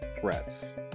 threats